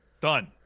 Done